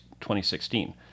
2016